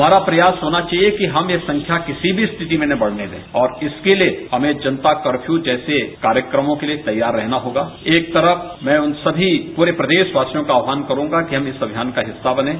हमारा प्रयास होना चाहिए कि हम यह संख्या किसी भी स्थिति में न बढ़ने दें और इसके लिये हमें जनता कर्ष्यू जैसे कार्यक्रमों के लिये तैयार रहना होगा एवं मैं उन सभी प्रदेश वासियों का आहवान करूंगा कि हम सब इस अभियान का हिस्सा बनें